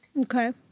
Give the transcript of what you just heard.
Okay